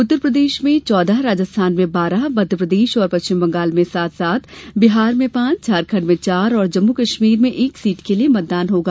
उत्तर प्रदेश में चौदह राजस्थान में बारह मध्यप्रदेश और पश्चिम बंगाल में सात सात बिहार में पांचझारखंड में चार और जम्मू कश्मीर में एक सीट के लिए मतदान होगा